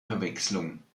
verwechslung